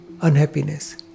unhappiness